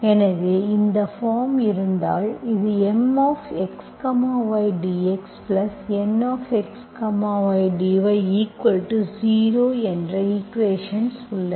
எனவே இந்த பார்ம் பார்த்தால் இது MxydxNxydy0 என்ற ஈக்குவேஷன்ஸ் உள்ளது